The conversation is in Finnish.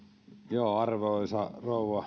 arvoisa